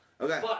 Okay